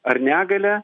ar negalia